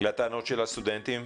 לטענות של הסטודנטים?